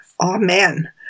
Amen